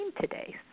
today